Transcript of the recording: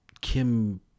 Kim